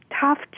tough